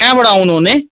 कहाँबाट आउनु हुने